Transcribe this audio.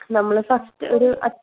നമ്മൾ ഫസ്റ്റ് ഒരു അ